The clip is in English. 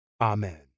Amen